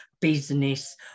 Business